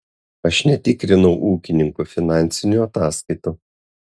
aš netikrinau ūkininkų finansinių ataskaitų